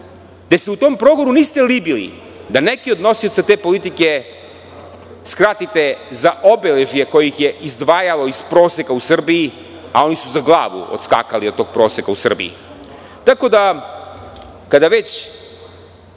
gde se u tom progonu niste libili da neke od nosioca te politike skratite za obeležje koje ih je izdvajalo iz proseka u Srbiji, a oni su za glavu odskakali od tog proseka u Srbiji. Tako da, kada već